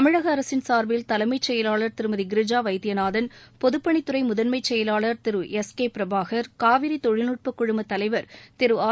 தமிழக அரசின் சார்பில் தலைமைச் செயலாளர் திருமதி கிரிஜா வைத்தியநாதன் பொதுப் பணித்துறை முதன்மை செயலாளர் திரு எஸ் கே பிரபாகர் காவிரி தொழில்நுட்ப குழும தலைவர் திரு ஆர்